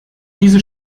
diese